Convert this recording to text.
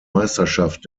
meisterschaft